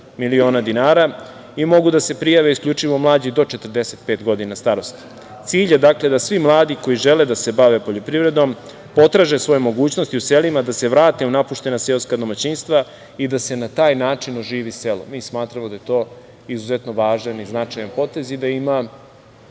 miliona dinara i mogu da se prijave isključivo mlađi do 45 godina starosti. Cilj je da svi mladi koji žele da se bave poljoprivredom, potraže svoje mogućnosti u selima da se vrate u napuštena seoska domaćinstva i da se na taj način oživi selo. Smatramo da je to izuzetno važan i značajan potez i da ima